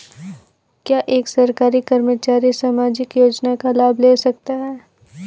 क्या एक सरकारी कर्मचारी सामाजिक योजना का लाभ ले सकता है?